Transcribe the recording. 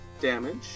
damage